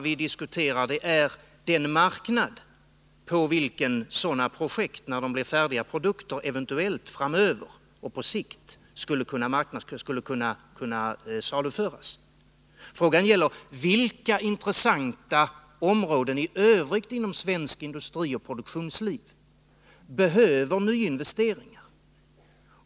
Vi diskuterar den marknad på vilken sådana projekt, när de blir färdiga produkter, eventuellt framöver skulle kunna saluföras. Frågan gäller: Vilka intressanta områden i övrigt inom svensk industri och svenskt produktionsliv behöver nyinvesteringar?